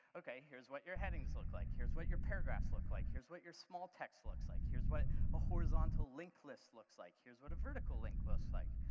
okay, here's what you're headings look like, here's what your paragraphs look like, here's what your small text looks like, here's what a horizontal link list looks like, here's what a vertical link looks like,